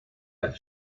als